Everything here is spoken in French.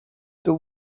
tôt